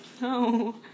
No